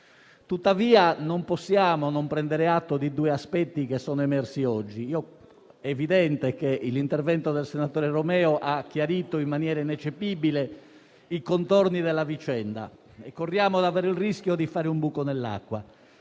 Tuttavia, non possiamo non prendere atto di due aspetti emersi oggi. L'intervento del senatore Romeo ha chiarito in maniera ineccepibile i contorni della vicenda e corriamo il rischio di fare un buco nell'acqua.